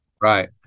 Right